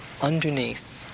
underneath